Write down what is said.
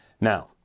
Now